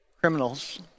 criminals